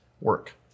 work